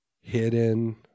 hidden